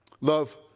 Love